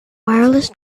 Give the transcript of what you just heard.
wireless